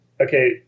okay